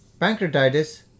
pancreatitis